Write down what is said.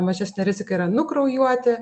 mažesnė rizika yra nukraujuoti